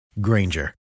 Granger